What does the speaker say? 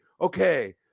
okay